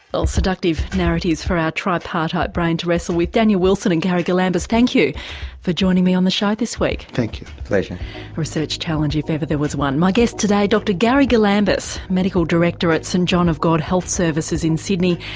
well seductive narratives for our tripartite brain to wrestle with. daniel wilson and gary galambos, thank you for joining me on the show this week. thank you. a pleasure. a research challenge if ever there was one. my guests today dr gary galambos, medical director at st john of god health services in sydney,